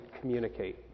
communicate